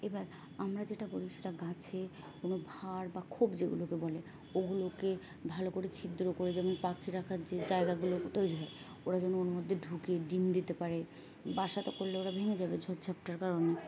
এবার আমরা যেটা করি সেটা গাছে কোনো ভাঁড় বা খোপ যেগুলোকে বলে ওগুলোকে ভালো করে ছিদ্র করে যেমন পাখি রাখার যে জায়গাগুলো তৈরি হয় ওরা যেন ওর মধ্যে ঢুকে ডিম দিতে পারে বাসাতো করলে ওরা ভেঙে যাবে ঝড় ঝাপটার কারণে